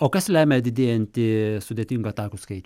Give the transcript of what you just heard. o kas lemia didėjantį sudėtingų atakų skaičių